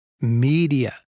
media